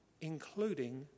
including